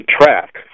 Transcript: track